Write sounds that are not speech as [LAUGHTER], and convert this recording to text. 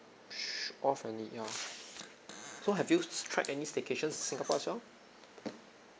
[NOISE] off and need ya so have you tried any staycation in singapore as well